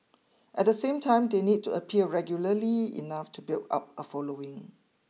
at the same time they need to appear regularly enough to build up a following